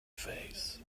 face